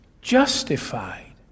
justified